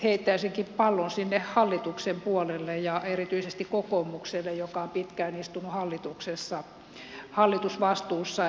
heittäisinkin pallon sinne hallituksen puolelle ja erityisesti kokoomukselle joka on pitkään istunut hallituksessa hallitusvastuussa